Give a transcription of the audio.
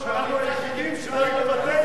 אדוני היושב-ראש,